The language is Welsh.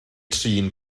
trin